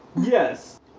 Yes